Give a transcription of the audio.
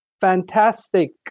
fantastic